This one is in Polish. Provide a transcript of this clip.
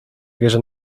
wierzę